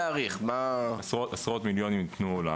עשרות מיליונים ניתנו.